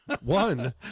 One